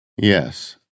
Yes